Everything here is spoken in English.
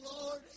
Lord